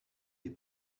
des